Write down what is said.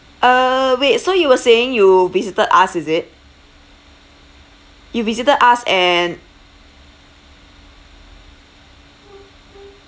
uh wait so you were saying you visited us is it you visited us and